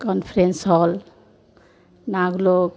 conference hall Naglok